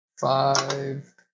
five